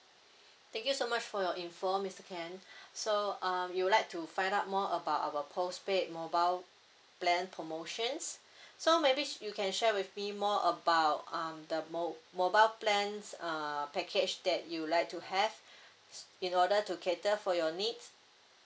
thank you so much for your info mister ken so uh you would like to find out more about our postpaid mobile plan promotions so maybe you can share with me more about um the mo~ mobile plans uh package that you like to have in order to cater for your needs